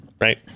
right